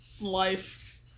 Life